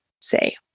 say